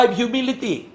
humility